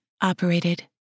Operated